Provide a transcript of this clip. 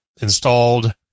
installed